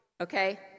Okay